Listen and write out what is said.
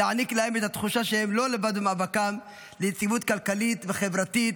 להעניק להם את התחושה שהם לא לבד במאבקם ליציבות כלכלית וחברתית,